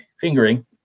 fingering